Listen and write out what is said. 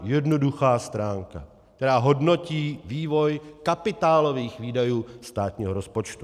Jednoduchá stránka, která hodnotí vývoj kapitálových výdajů státního rozpočtu.